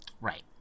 Right